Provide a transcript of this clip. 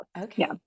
okay